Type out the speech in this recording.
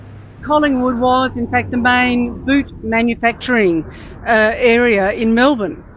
collingwood was, in fact, the main boot manufacturing area in melbourne,